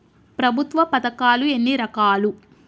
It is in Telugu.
ప్రభుత్వ పథకాలు ఎన్ని రకాలు?